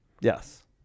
Yes